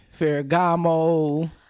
Ferragamo